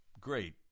great